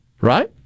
right